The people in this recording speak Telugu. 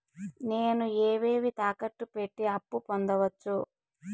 నేను ఏవేవి తాకట్టు పెట్టి అప్పు పొందవచ్చు?